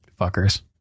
Fuckers